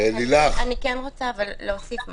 אבל אני רוצה להוסיף משהו.